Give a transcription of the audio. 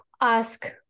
ask